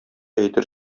әйтер